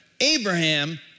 Abraham